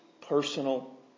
personal